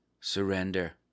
Surrender